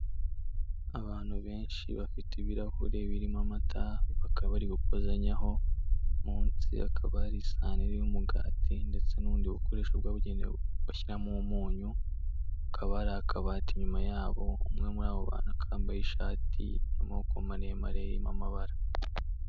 Abantu benshi bafite ibirahure birimo amata bakaba bari gukozanyaho, munsi hakaba hari isahani iriho umugati ndetse n'ubundi bukoresho byabugenewe bashyiramo umunyu. Hakaba hari akabati inyuma yabo, umwe muri abo bantu akaba yambaye ishati y'amaboko maremare irimo amabara.